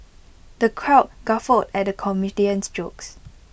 the crowd guffawed at the comedian's jokes